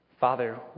Father